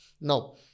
Now